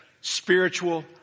spiritual